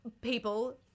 people